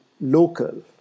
local